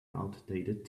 outdated